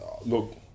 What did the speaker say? Look